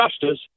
justice